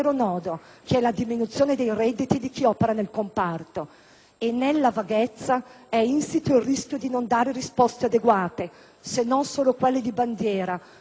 E nella vaghezza è insito il rischio di non dare risposte adeguate se non solo quelle di bandiera, se non quelle di strizzare l'occhio a qualche interesse particolare.